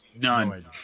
none